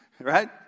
Right